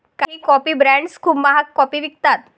काही coffee brands खूप महाग कॉफी विकतात